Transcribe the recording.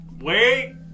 Wait